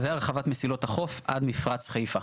הרחבת מסילות החוף עד מפרץ חיפה.